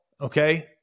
Okay